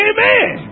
Amen